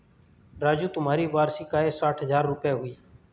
राजू तुम्हारी वार्षिक आय साठ हज़ार रूपय हुई